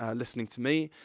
ah listening to me,